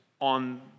on